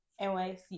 nyc